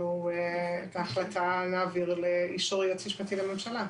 והחלטה נעביר לאישור היועץ המשפטי לממשלה.